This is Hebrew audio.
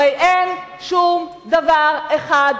הרי אין שום דבר אחד,